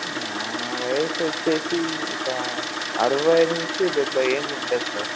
నా వయసు వచ్చేసి ఒక అరవై నుంచి డెబ్భై ఏళ్ళు ఉంటుంది సార్